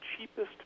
cheapest